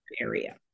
area